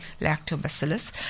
lactobacillus